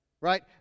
right